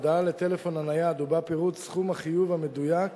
הודעה לטלפון הנייד ובה פירוט סכום החיוב המדויק